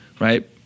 right